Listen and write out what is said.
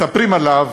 מספרים עליו,